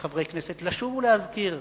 כחברי כנסת, לשוב ולהזכיר,